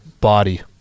body